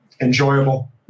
Enjoyable